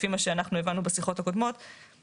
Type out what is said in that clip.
לפי מה שאנחנו הבנו בשיחות הקודמות,